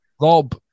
Rob